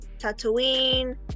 Tatooine